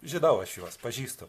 žinau aš juos pažįstu